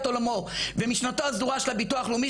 עולמו ומשנתו הסדורה של הביטוח לאומי,